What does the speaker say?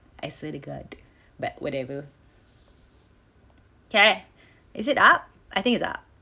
I swear to god but whatever is it up I think it's up